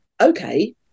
okay